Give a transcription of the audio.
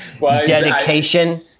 dedication